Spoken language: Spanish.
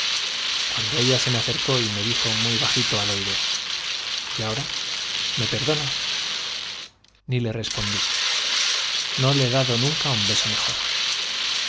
cuando ella se me acercó y me dijo muy bajito al oído y ahora me perdonas no le he dado beso ni le respondí nunca un mejor